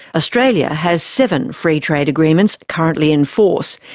australia has seven free trade agreements currently in force,